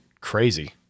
crazy